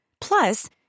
Plus